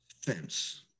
fence